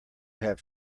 have